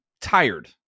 tired